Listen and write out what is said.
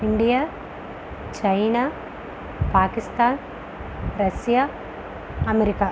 India China Pakistan Russia America